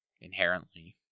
inherently